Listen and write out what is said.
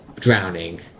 Drowning